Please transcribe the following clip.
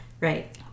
Right